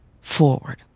forward